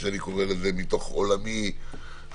כך אני קורא לזה מתוך עולמי המוניציפלי